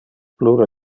plure